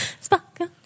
Sparkle